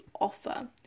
offer